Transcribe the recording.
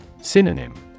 Synonym